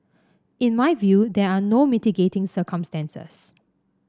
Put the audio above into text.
in my view there are no mitigating circumstances